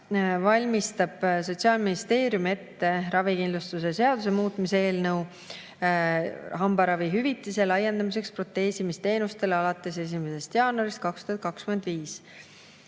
valmistab Sotsiaalministeerium ette ravikindlustuse seaduse muutmise eelnõu hambaravihüvitise laiendamiseks proteesimisteenustele alates 1. jaanuarist 2025.